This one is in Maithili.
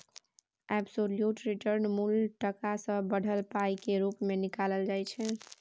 एबसोल्युट रिटर्न मुल टका सँ बढ़ल पाइ केर रुप मे निकालल जाइ छै